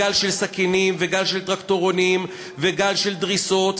גל של סכינים וגל של טרקטורים וגל של דריסות,